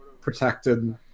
protected